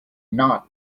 not